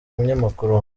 munyamakuru